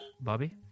Bobby